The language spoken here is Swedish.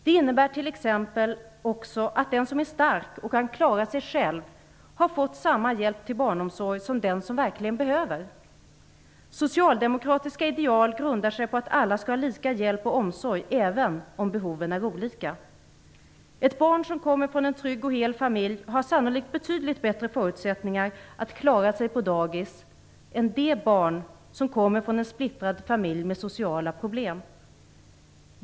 Det innebär t.ex. att den som är stark och kan klara sig själv har fått samma hjälp till barnomsorg som den som verkligen behöver. Socialdemokratiska ideal grundar sig på att alla skall ha lika hjälp och omsorg, även om behoven är olika. Ett barn som kommer från en trygg och hel familj har sannolikt betydligt bättre förutsättningar att klara sig på dagis än det barn som kommer från en splittrad familj med sociala problem.